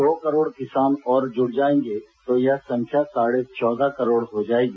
दो करोड़ किसान और जुड़ जाएंगे तो यह संख्या साढ़े चौदह करोड़ हो जाएगी